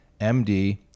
MD